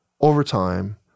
overtime